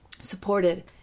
supported